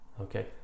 okay